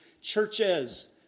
Churches